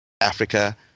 Africa